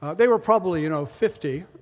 they were probably you know fifty,